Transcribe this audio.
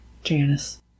Janice